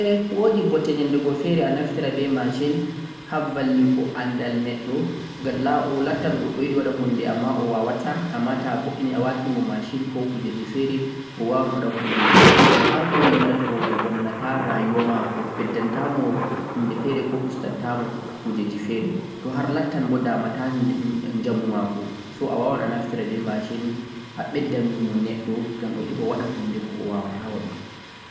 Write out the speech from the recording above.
wodi bote sosai naftirgo be technology haa vudèngo numo neɗɗo ngam ayiɗan awaɗa hunde amma awawata amma to ɓe naftiri be machine a wawan waɗugo muddin machine mai naunatama toh wala aiɓe